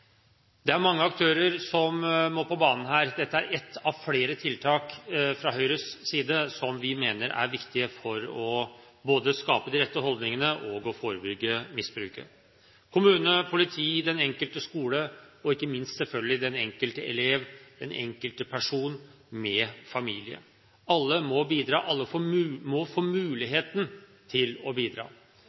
Det er mange aktører som her må på banen. Dette er ett av flere tiltak fra Høyres side som vi mener er viktige for både å skape de rette holdningene og å forebygge misbruket. Kommune, politi, den enkelte skole og, ikke minst, selvfølgelig den enkelte elev, den enkelte person, med familie – alle må bidra, og alle må få muligheten til å bidra.